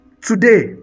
today